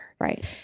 Right